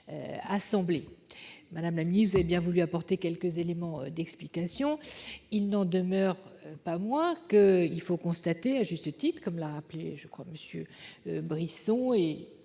Madame la ministre, vous avez bien voulu apporter quelques éléments d'explication. Il n'en demeure pas moins qu'on constate, à juste titre, comme l'ont rappelé M. Brisson et